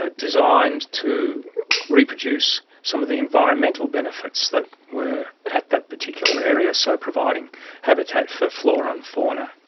ah designed to reproduce some of the environmental benefits that were at that particular area, so providing habitat for flora and fauna,